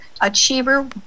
Achiever